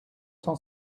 cent